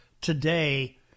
today